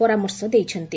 ପରାମର୍ଶ ଦେଇଛନ୍ତି